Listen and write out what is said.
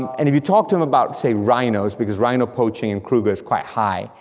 and if you talk to him about say, rhinos, because rhino poaching in kruger's quite high,